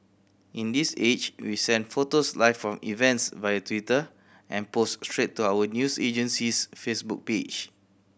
in this age we send photos live from events via Twitter and post straight to our news agency's Facebook page